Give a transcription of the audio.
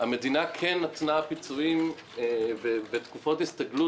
המדינה כן נתנה פיצויים ותקופות הסתגלות